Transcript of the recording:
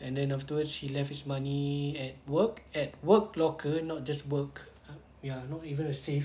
and then afterwards he left his money at work at work locker not just work ya not even a safe